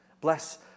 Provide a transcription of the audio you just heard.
Bless